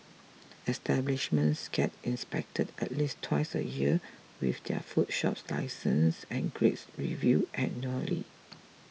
establishments get inspected at least twice a year with their food shop licences and grades reviewed annually